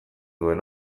duen